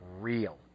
real